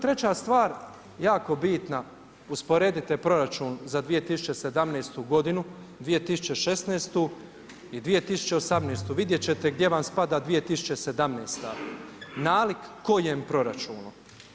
Treća stvar jako bitna, usporedite proračun za 2017. godinu, 2016. i 2018. vidjet ćete gdje vam spada 2017. nalik kojem proračunu.